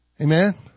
Amen